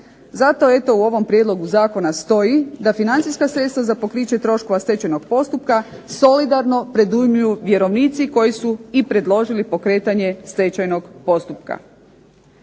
Zato eto u ovom prijedlogu zakona stoji da financijska sredstva za pokriće troškova stečajnog postupka solidarno predujmljuju vjerovnici koji su i predložili pokretanje stečajnog postupka.